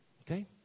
Okay